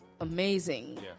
amazing